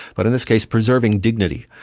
but in this case preserving dignity,